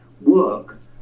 work